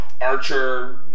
Archer